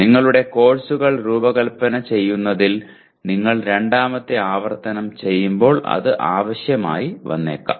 നിങ്ങളുടെ കോഴ്സുകൾ രൂപകൽപ്പന ചെയ്യുന്നതിൽ നിങ്ങൾ രണ്ടാമത്തെ ആവർത്തനം ചെയ്യുമ്പോൾ അത് ആവശ്യമായി വന്നേക്കാം